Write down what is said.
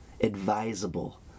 advisable